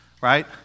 right